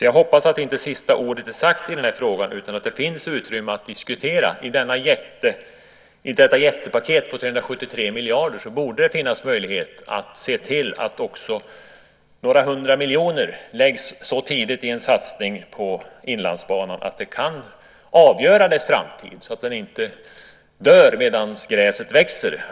Jag hoppas därför att sista ordet inte är sagt i den här frågan och att det finns utrymme att i detta jättepaket om 373 miljarder se till att några hundra miljoner läggs ut så tidigt i en satsning på Inlandsbanan att de i en framtid blir avgörande, så att inte kon dör medan gräset växer.